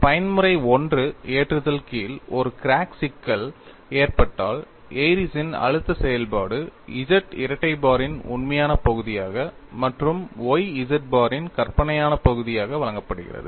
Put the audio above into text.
பயன்முறை I ஏற்றுதல் கீழ் ஒரு கிராக் சிக்கல் ஏற்பட்டால் ஏரிஸ்ன் Airy's அழுத்த செயல்பாடு Z இரட்டை பாரின் உண்மையான பகுதியாக மற்றும் y Z பாரின் கற்பனையான பகுதியாக வழங்கப்படுகிறது